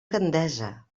gandesa